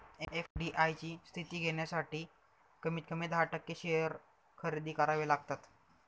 FDI ची स्थिती घेण्यासाठी कमीत कमी दहा टक्के शेअर खरेदी करावे लागतात